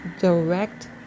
direct